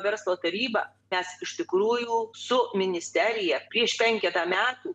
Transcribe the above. verslo taryba mes iš tikrųjų su ministerija prieš penketą metų